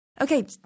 Okay